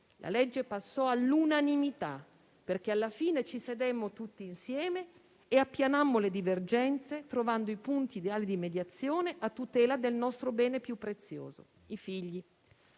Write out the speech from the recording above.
la legge passò all'unanimità, perché alla fine ci sedemmo tutti insieme e appianammo le divergenze trovando i punti ideali di mediazione a tutela del nostro bene più prezioso, i figli.